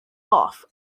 off